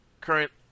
Current